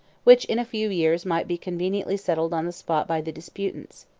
which in a few years might be conveniently settled on the spot by the disputants.